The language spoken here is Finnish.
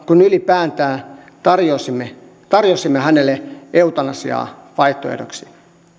kun ylipäätään tarjosimme tarjosimme hänelle eutanasiaa vaihtoehdoksi